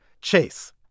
Chase